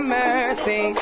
mercy